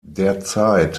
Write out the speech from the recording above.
derzeit